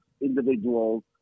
individuals